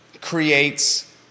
creates